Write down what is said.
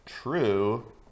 true